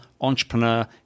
entrepreneur